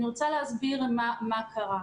אני רוצה להסביר מה קרה.